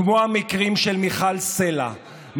כמו המקרים של מיכל סלע,